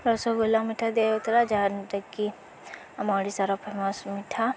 ରସଗୋଲା ମିଠା ଦିଆଯାଉଥିଲା ଯେହାଟାକି କି ଆମ ଓଡ଼ିଶାର ଫେମସ୍ ମିଠା